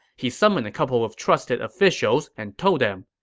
he summoned a couple of trusted officials and told them,